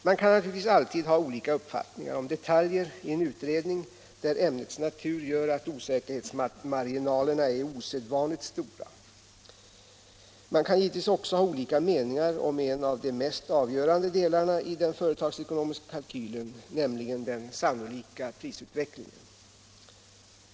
Man kan naturligtvis alltid ha olika uppfattningar om detaljer i en utredning där ämnets natur gör att osäkerhetsmarginalerna är osedvanligt stora. Man kan givetvis också ha olika meningar om en av de mest avgörande delarna i den företagsekonomiska kalkylen, nämligen den sannolika prisutvecklingen.